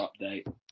update